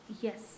yes